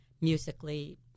musically